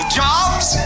jobs